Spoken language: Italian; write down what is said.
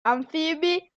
anfibi